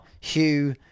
Hugh